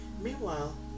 Meanwhile